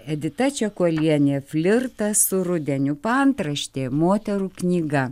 edita čekuolienė flirtas su rudeniu paantraštė moterų knyga